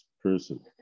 person